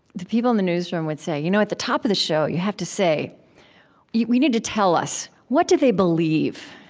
the people in the newsroom would say, you know at the top of the show, you have to say you need to tell us, what do they believe?